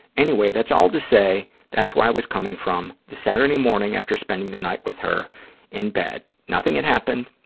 anyway, that's all to say that's where i was coming from the saturday morning after spending the night with her in bed. nothing had happened,